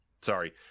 sorry